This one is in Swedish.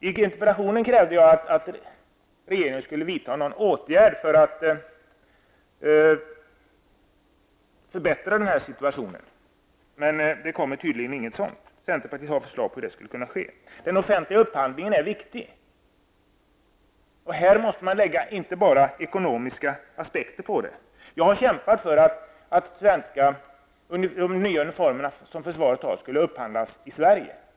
I interpellationen krävde jag att regeringen skulle vidta någon åtgärd för att förbättra situationen, men det kommer tydligen inget sådant. Centern har förslag på vad man skulle kunna göra. Den offentliga upphandlingen är viktig. Härpå måste läggas inte bara ekonomiska aspekter. Jag har kämpat för att de nya uniformerna för svenska försvaret skulle upphandlas i Sverige.